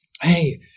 Hey